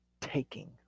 taking